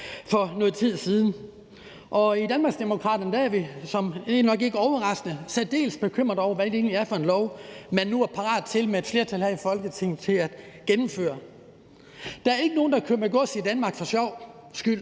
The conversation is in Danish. I Danmarksdemokraterne er vi, nok ikke overraskende, særdeles bekymrede over, hvad det egentlig er for en lov, man nu er parat til at gennemføre med et flertal her i Folketinget. Der er ikke nogen, der kører med gods i Danmark for sjov skyld;